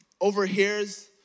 overhears